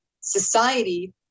society